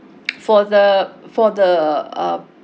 for the for the uh